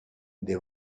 they